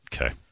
okay